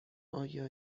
آیا